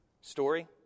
story